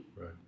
Right